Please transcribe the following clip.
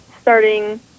starting